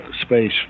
space